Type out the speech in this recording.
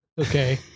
Okay